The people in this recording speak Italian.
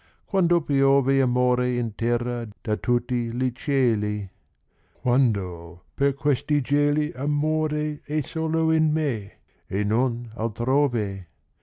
quando piove amore in terra da tutti li cieli quando per questi geli amore è solo in me e non altrove